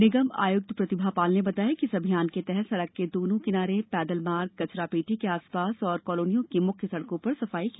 निगम आयक्त प्रतिभा पाल ने बताया कि इस अभियान के तहत सड़क के दोनों किनारे पैदल मार्ग कचरा पेटी के आसपास और कॉलोनियों की मुख्य सड़कों पर सफाई की जाएगी